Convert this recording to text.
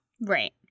Right